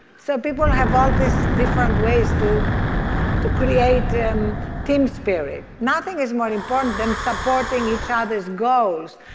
so people have all these different ways to to create and team spirit. nothing is more important than supporting each other's goals,